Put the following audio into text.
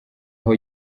aho